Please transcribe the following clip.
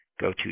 go-to